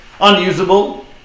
unusable